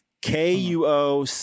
K-U-O